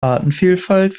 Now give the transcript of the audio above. artenvielfalt